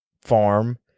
farm